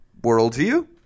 worldview